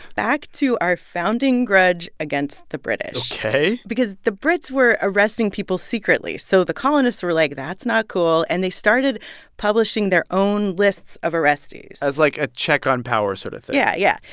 back to our founding grudge against the british ok? because the brits were arresting people secretly, so the colonists were like, that's not cool. and they started publishing their own lists of arrestees as like a check on power sort of thing yeah, yeah.